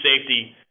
safety